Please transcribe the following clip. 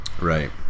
Right